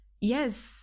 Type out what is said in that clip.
Yes